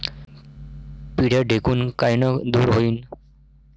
पिढ्या ढेकूण कायनं दूर होईन?